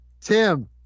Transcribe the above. Tim